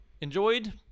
enjoyed